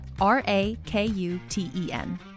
R-A-K-U-T-E-N